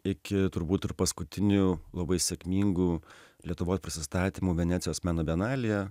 iki turbūt ir paskutiniu labai sėkmingu lietuvos prisistatymu venecijos meno bienalėje